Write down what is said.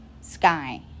sky